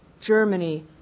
Germany